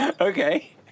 Okay